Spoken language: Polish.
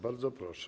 Bardzo proszę.